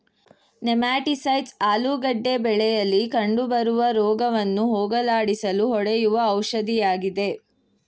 nematicides ಆಲೂಗೆಡ್ಡೆ ಬೆಳೆಯಲಿ ಕಂಡುಬರುವ ರೋಗವನ್ನು ಹೋಗಲಾಡಿಸಲು ಹೊಡೆಯುವ ಔಷಧಿಯಾಗಿದೆ